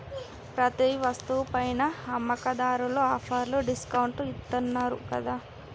ప్రతి వస్తువు పైనా అమ్మకందార్లు ఆఫర్లు డిస్కౌంట్లు ఇత్తన్నారు గదా